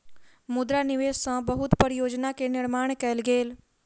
मुद्रा निवेश सॅ बहुत परियोजना के निर्माण कयल गेल